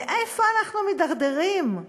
לאיפה אנחנו מידרדרים?